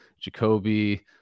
Jacoby